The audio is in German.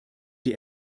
die